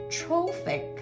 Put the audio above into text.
Trophic